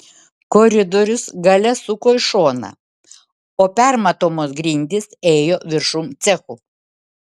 koridorius gale suko į šoną o permatomos grindys ėjo viršum cechų